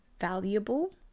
valuable